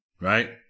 right